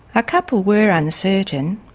a couple were uncertain.